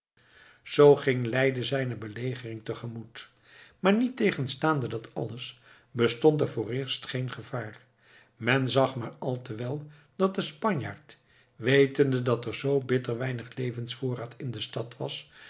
z ging leiden zijne belegering te gemoet maar niettegenstaande dat alles bestond er vooreerst geen gevaar men zag maar al te wel dat de spanjaard wetende dat er zoo bitter weinig levensvoorraad in de stad was